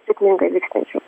sėkmingai vykstančių